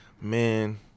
man –